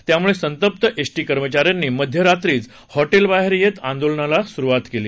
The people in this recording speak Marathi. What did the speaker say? त्यामुळे संतप्त एसटी कर्मचाऱ्यांनी मध्यरात्रीच हॉटेलबाहेर येत आंदोलनाला सुरुवात केली